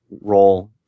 role